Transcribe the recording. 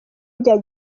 bya